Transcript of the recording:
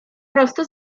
prosto